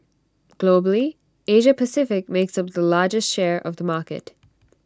Globally Asia Pacific makes up the largest share of the market